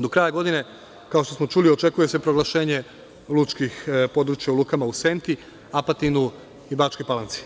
Do kraja godine očekuje se proglašenje lučkih područja u lukama u Senti, Apatinu i Bačkoj Palanci,